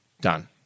Done